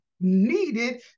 needed